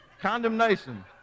Condemnation